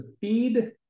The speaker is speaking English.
feed